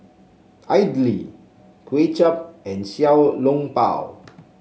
Idly Kway Chap and Xiao Long Bao